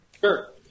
Sure